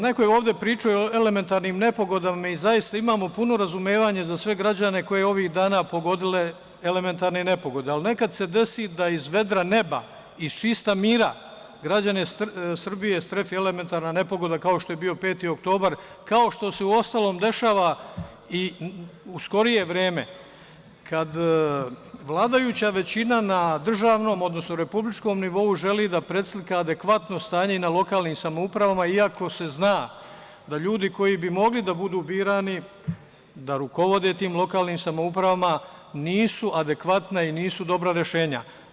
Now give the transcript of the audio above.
Neko je ovde pričao i o elementarnim nepogodama i zaista imamo puno razumevanja za sve građane koje je ovih dana pogodila elementarna nepogoda, ali nekad se desi da iz vedra neba, iz čista mira građane Srbije strefi elementarna nepogoda, kao što je bio 5. oktobar, kao što se u ostalom dešava i u skorije vreme kada vladajuća većina na državnom odnosno republičkom nivou želi da preslika adekvatno stanje na lokalnim samoupravama iako se zna da ljudi koji bi mogli da budu birani, da rukovode tim lokalnim samoupravama nisu adekvatna i dobra rešenja.